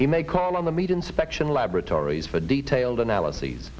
he may call on the meat inspection laboratories for detailed analyses